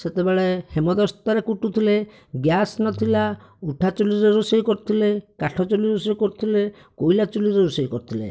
ସେତବେଳେ ହେମଦସ୍ତାରେ କୁଟୁଥିଲେ ଗ୍ୟାସ ନଥିଲା ଉଠା ଚୁଲ୍ଲୀ ରେ ରୋଷେଇ କରୁଥିଲେ କାଠ ଚୁଲ୍ଲୀ ରେ ରୋଷେଇ କରୁଥିଲେ କୋଇଲା ଚୁଲ୍ଲୀ ରେ ରୋଷେଇ କରୁଥିଲେ